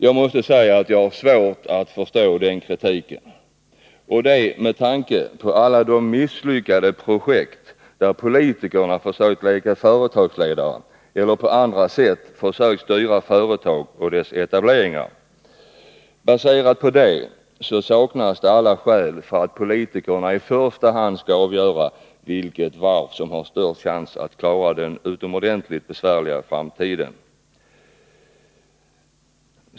Jag måste säga att jag har svårt att förstå den kritiken, detta med tanke på alla de misslyckade projekt där politikerna har försökt leka företagsledare eller på andra sätt försökt styra företag och deras etableringar. Baserat på detta saknas alla skäl för att politikerna i första hand skall avgöra vilket varv som har störst chans att klara sig i en utomordentligt besvärlig framtid.